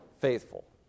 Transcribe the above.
faithful